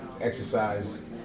exercise